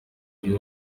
uyu